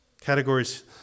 Categories